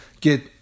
get